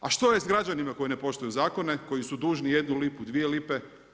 A što je s građanima koji ne poštuju zakone, koji su dužni jednu lipu, dvije lipe?